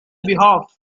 behalf